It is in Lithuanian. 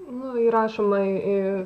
nu įrašoma į